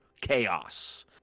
chaos